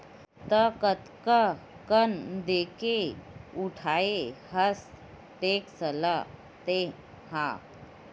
त कतका कन देके उठाय हस टेक्टर ल तैय हा?